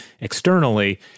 externally